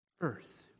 earth